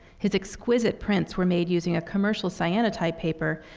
his exquisite prints were made using a commercial cyanotype paper,